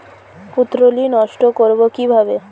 পুত্তলি নষ্ট করব কিভাবে?